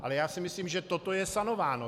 Ale já si myslím, že toto je sanováno.